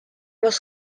was